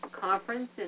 conference